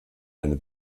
eine